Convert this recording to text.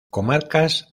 comarcas